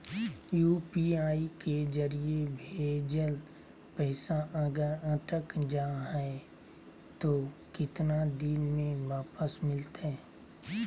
UPI के जरिए भजेल पैसा अगर अटक जा है तो कितना दिन में वापस मिलते?